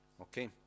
Okay